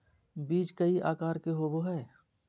बीज कई आकार के होबो हइ